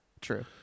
true